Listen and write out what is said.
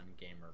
gamer